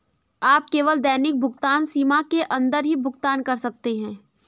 आप केवल दैनिक भुगतान सीमा के अंदर ही भुगतान कर सकते है